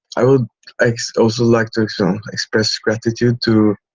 i would also like to express gratitude to,